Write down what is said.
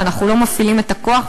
ואנחנו לא מפעילים את הכוח,